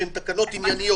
שהן תקנות ענייניות,